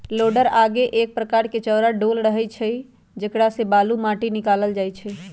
लोडरके आगे एक प्रकार के चौरा डोल रहै छइ जेकरा से बालू, माटि निकालल जाइ छइ